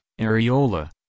areola